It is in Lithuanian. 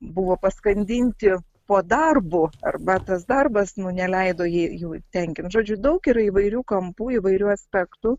buvo paskandinti po darbu arba tas darbas nu neleido jei jų tenkint žodžiu daug yra įvairių kampų įvairių aspektų